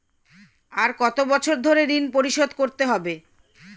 আর কত বছর ধরে ঋণ পরিশোধ করতে হবে?